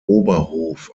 oberhof